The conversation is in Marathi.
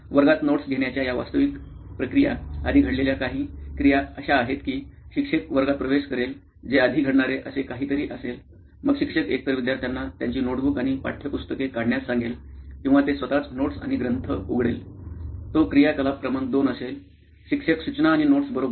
वर्गात नोट्स घेण्याच्या या वास्तविक प्रक्रिये आधी घडलेल्या काही क्रिया अशी आहेत की शिक्षक वर्गात प्रवेश करेल जे आधी घडणारे असे काहीतरी असेल मग शिक्षक एकतर विद्यार्थ्याना त्यांची नोटबुक आणि पाठ्यपुस्तके काढण्यास सांगेल किंवा ते स्वतःच नोट्स आणि ग्रंथ उघडेल तो क्रियाकलाप क्रमांक 2 असेल शिक्षक सूचना आणि नोट्स बरोबर